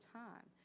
time